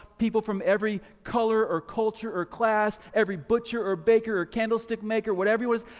people from every color or culture or class, every butcher or baker or candlestick maker, whatever it was,